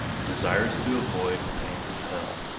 desirous to avoid the pains of hell,